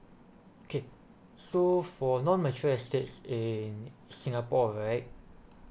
okay so for non mature estates in singapore right